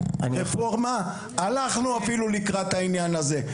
רפורמה, הלכנו אפילו לקראת העניין הזה.